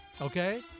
Okay